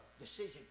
Decision